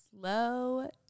Slow